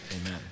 Amen